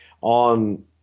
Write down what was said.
on